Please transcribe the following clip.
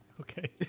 okay